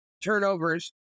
turnovers